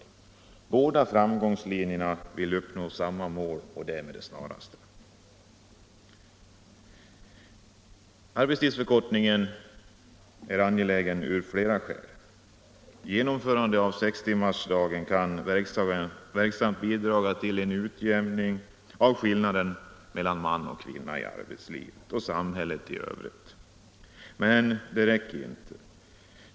Med båda framgångslinjerna vill man uppnå samma mål med det snaraste. Arbetstidsförkortningen är angelägen av flera skäl. Genomförandet av sextimmarsdagen kan verksamt bidra till en utjämning av skillnaden mellan man och kvinna i arbetslivet och samhället i övrigt. Men det räcker inte.